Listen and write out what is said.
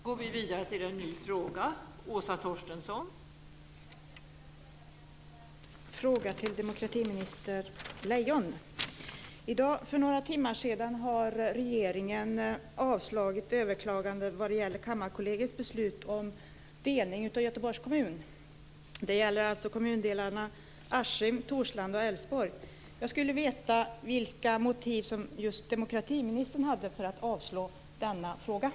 Fru talman! Jag skulle vilja ställa en fråga till demokratiminister Lejon. För några timmar sedan avslog regeringen överklagandet vad det gäller Kammarkollegiets beslut om delning av Göteborgs kommun. Det gäller alltså kommundelarna Askim, Torslanda och Älvsborg. Jag skulle vilja veta vilka motiv som just demokratiministern hade för att avslå detta överklagande.